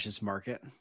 market